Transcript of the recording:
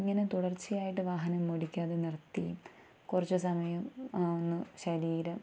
ഇങ്ങനെ തുടർച്ചയായിട്ട് വാഹനം ഓടിക്കാതെ നിർത്തി കുറച്ച് സമയം ഒന്ന് ശരീരം